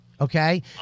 okay